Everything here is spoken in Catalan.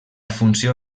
funció